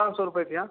पाँच सौ रुपये भैया